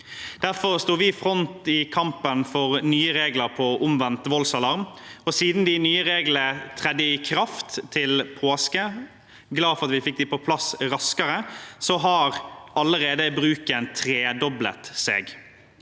Derfor sto vi i front i kampen for nye regler for omvendt voldsalarm. Siden de nye reglene trådte i kraft til påske – jeg er glad for at vi fikk dem raskere på plass – har allerede bruken tredoblet seg.